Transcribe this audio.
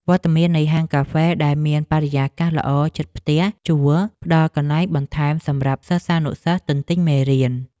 វត្តមាននៃហាងកាហ្វេដែលមានបរិយាកាសល្អជិតផ្ទះជួលផ្តល់កន្លែងបន្ថែមសម្រាប់សិស្សានុសិស្សទន្ទិញមេរៀន។